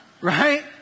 Right